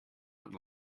not